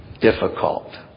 difficult